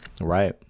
Right